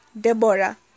Deborah